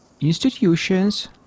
institutions